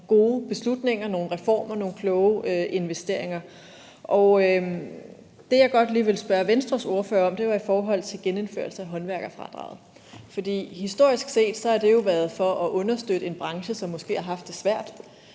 gode beslutninger, nogle reformer og nogle kloge investeringer. Det, jeg godt lige ville spørge Venstres ordfører om, er i forhold til genindførelse af håndværkerfradraget. For historisk set har det jo været for at understøtte en branche, som måske har haft det svært,